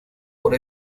por